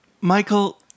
Michael